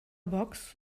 box